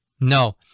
no